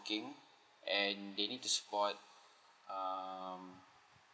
and they need to support